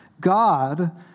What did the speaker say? God